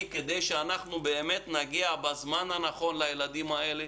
כדי שאנחנו נגיע בזמן הנכון לילדים האלה